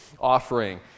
offering